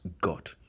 God